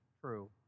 true